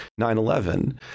9-11